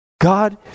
God